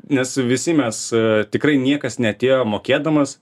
nes visi mes tikrai niekas neatėjo mokėdamas